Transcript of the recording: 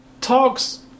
talks